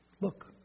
Look